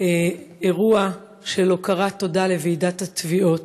אירוע של הוקרת טובה לוועידת התביעות.